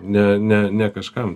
ne ne ne kažkam